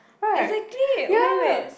right ya